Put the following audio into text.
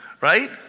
Right